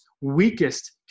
weakest